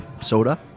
soda